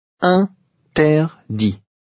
Interdit